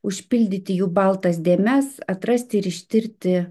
užpildyti jų baltas dėmes atrasti ir ištirti